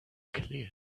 clear